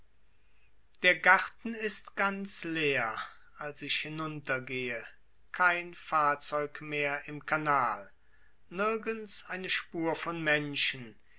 der garten ist ganz leer als ich hinuntergehe kein fahrzeug mehr im kanal nirgends eine spur von menschen